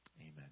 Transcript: Amen